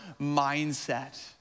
mindset